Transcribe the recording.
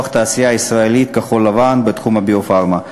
תעשייה ישראלית כחול-לבן בתחום הביו-פארמה.